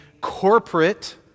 corporate